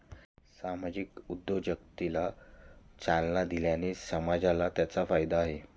सामाजिक उद्योजकतेला चालना दिल्याने समाजाला त्याचा फायदा आहे